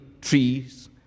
trees